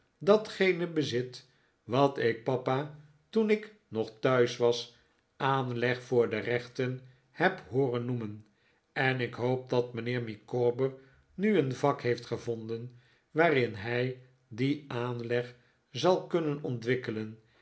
datgene bezit wat ik papa toen ik nog thuis was aanleg voor de rechten heb hooren noemenj en ik hoop dat mijnheer micawber nu een vak heeft gevonden waarin hij dien aanleg zal kunnen ontwikkelen